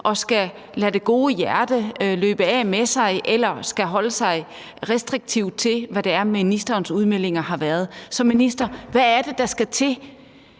og skal lade sit gode hjerte løbe af med sig eller skal holde sig restriktivt til, hvad ministerens udmeldinger har været. Så minister, hvad er det, der skal til,